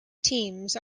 teams